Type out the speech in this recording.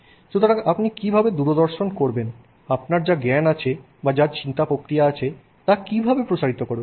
সুতরাং আপনি কীভাবে দূরদর্শন করবেন আপনার যা জ্ঞান আছে যা চিন্তা প্রক্রিয়া আছে তা কিভাবে প্রসারিত করবেন